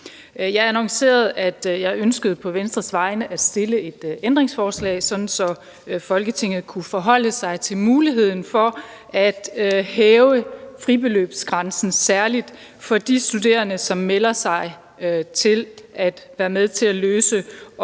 Jeg annoncerede, at jeg på Venstres vegne ønskede at stille et ændringsforslag, sådan at Folketinget kunne forholde sig til muligheden for at hæve fribeløbsgrænsen, særlig for de studerende, som melder sig til at være med til at løse opgaver